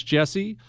Jesse